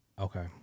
okay